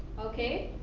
okay.